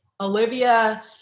Olivia